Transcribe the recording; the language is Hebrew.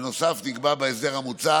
בנוסף, נקבע בהסדר המוצע